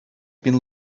been